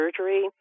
surgery